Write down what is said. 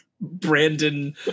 brandon